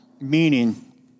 meaning